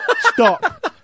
Stop